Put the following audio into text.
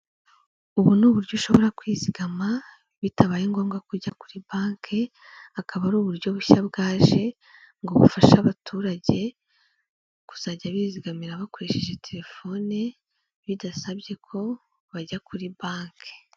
Ubu ni uburyo ushobora kwizigama, bitabaye ngombwa ko kujya kuri banki, akaba ari uburyo bushya bwaje ngo bufasha abaturage kuzajya bizigamira bakoresheje telefone, bidasabye ko bajya kuri banki.